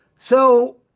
so,